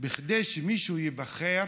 שכדי שמישהו ייבחר,